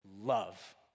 love